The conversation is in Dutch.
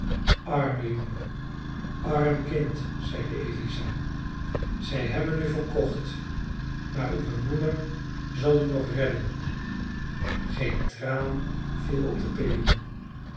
arme jongen arm kind zeide eliza zij hebben u verkocht maar uwe moeder zal u nog redden geen traan viel op de peluw